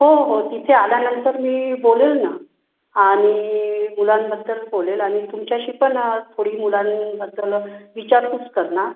हो हो तिथे आल्यानंतर मी बोलेल ना आणि मुलांनंतर बोलेल आणि तुमच्याशी पण थोडी मुलांबद्दल विचारपूस करणार